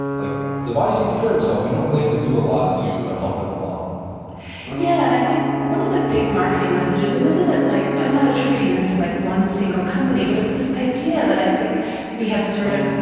like the body takes care of itself. we don't really have to do a lot to help it along yeah, and i think one of the big marketing messages, and like i'm not attributing this to like one single company, but it's this idea that i think we have sort of,